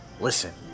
Listen